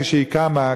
כשהיא קמה,